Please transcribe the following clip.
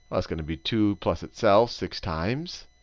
that's going to be two plus itself six times.